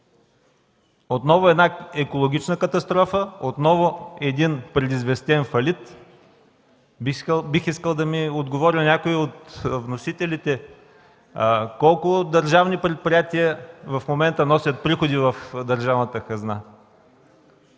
отново една екологична катастрофа, отново един предизвестен фалит?! Бих искал някой от вносителите да отговори колко държавни предприятия в момента носят приходи в държавната хазна